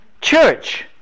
church